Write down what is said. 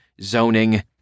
zoning